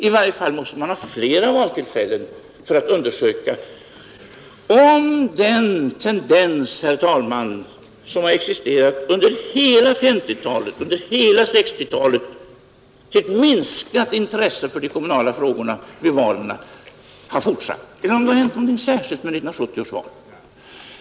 I varje fall måste man undersöka flera val för att se om den tendens som har existerat under hela 1950-talet och 1960-talet — ett minskat intresse för de kommunala frågorna vid valen — har fortsatt eller om det har hänt någonting särskilt vid 1970 års val.